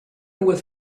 with